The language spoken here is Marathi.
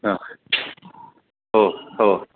हां हो हो